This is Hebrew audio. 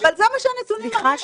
אבל זה מה שהנתונים מראים.